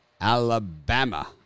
Alabama